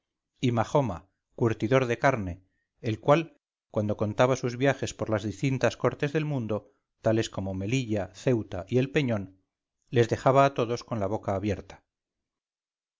y majoma curtidor de carne el cual cuando contaba sus viajes por las distintas cortes del mundo tales como melilla ceuta y el peñón les dejaba a todos con la boca abierta